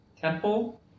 temple